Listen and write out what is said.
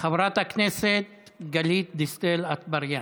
חברת הכנסת גלית דיסטל אטבריאן.